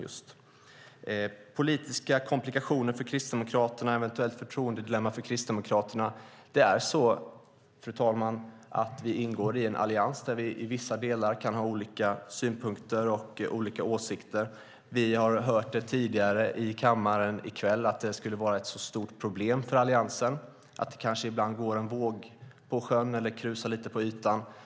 När det gäller politiska komplikationer för Kristdemokraterna och ett eventuellt förtroendedilemma för Kristdemokraterna är det så, fru talman, att vi ingår i en allians där vi i vissa delar kan ha olika synpunkter och åsikter. Vi har hört tidigare i kväll i kammaren att det skulle vara ett stort problem för Alliansen att det kanske ibland går en våg på sjön eller krusar lite på ytan.